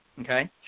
Okay